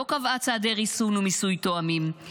לא קבעה צעדי ריסון ומיסוי תואמים,